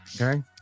Okay